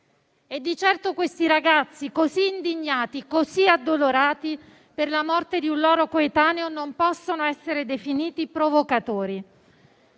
Di certo questi ragazzi, così indignati e addolorati per la morte di un loro coetaneo, non possono essere definiti provocatori.